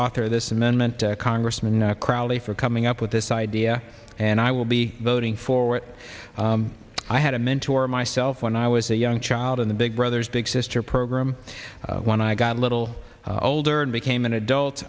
author of this amendment congressman crowley for coming up with this idea and i will be voting for what i had a mentor myself when i was a young child in the big brothers big sister program when i got a little older and became an adult